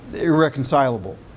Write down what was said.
Irreconcilable